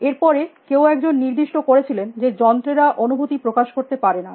এর পরে কেউ একজন নির্দিষ্ট করেছিলেন যে যন্ত্রেরা অনুভূতি প্রকাশ করতে পারে না